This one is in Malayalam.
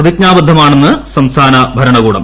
പ്രതിജ്ഞാബദ്ധമാണെന്ന് സംസ്ഥാന ഭരണകൂടം